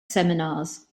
seminars